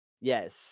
Yes